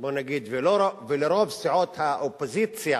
ובוא נגיד ולרוב סיעות האופוזיציה